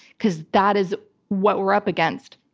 because that is what we're up against.